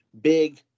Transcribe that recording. big